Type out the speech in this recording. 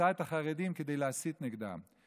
מצאה את החרדים כדי להסית נגדם.